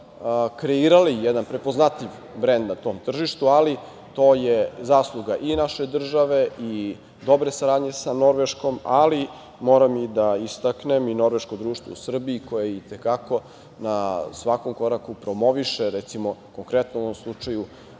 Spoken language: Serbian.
kreirali jedan prepoznatljiv brend na tom tržištu. To je zasluga i naše države i dobre saradnje sa Norveškom, ali moram i da istaknem Norveško društvo u Srbiji, koje i te kako na svakom koraku promoviše, recimo, konkretno u ovom slučaju,